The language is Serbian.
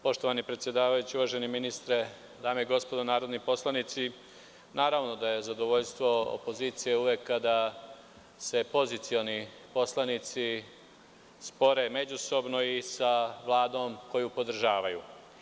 Poštovani predsedavajući, uvaženi ministre, dame i gospodo narodni poslanici, naravno da je zadovoljstvo opozicije uvek kada se poslanici pozicije spore međusobno i sa Vladom koju podržavaju.